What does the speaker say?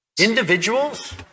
Individuals